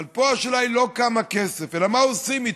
אבל פה השאלה היא לא כמה כסף אלא מה עושים איתו,